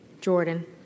Jordan